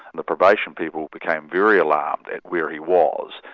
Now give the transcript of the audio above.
the probation people became very alarmed at where he was,